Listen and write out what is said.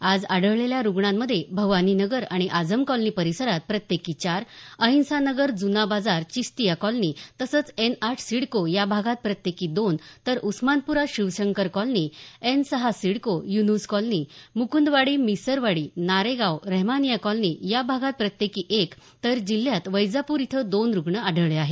आज आढळलेल्या रुग्णांमध्ये भवानी नगर आणि आझम कॉलनी परिसरात प्रत्येकी चार अहिंसा नगर जुना बाजार चिस्तीया कॉलनी तसंच एन आठ सिडको या भागात प्रत्येकी दोन तर उस्मान्प्रा शिवशंकर कॉलनी एन सहा CIDCO Yunus colony Mukundwadi Misarwadi Naregaon Rehmania colony या भागात प्रत्येकी एक तर जिल्ह्यात वैजापूर इथं दोन रुग्ण आढळले आहेत